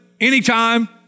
anytime